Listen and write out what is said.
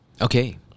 Okay